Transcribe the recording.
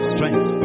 Strength